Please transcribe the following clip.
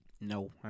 No